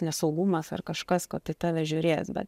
nesaugumas ar kažkas ko apie tave žiūrės bet